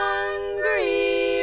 Hungry